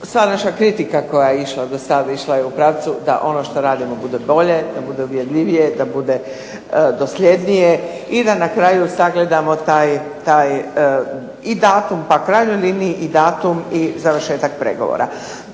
sadašnja kritika koja je išla do sada išla je u pravcu da ono što radimo bude bolje, da bude uvjerljivije, da bude dosljednije i da na kraju sagledamo taj i datum u krajnjoj liniji i datum i završetak pregovora.